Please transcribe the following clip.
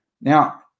Now